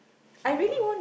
is normal